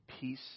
peace